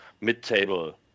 mid-table